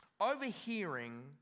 Overhearing